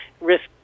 risk